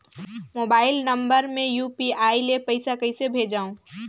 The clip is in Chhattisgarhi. मोबाइल नम्बर मे यू.पी.आई ले पइसा कइसे भेजवं?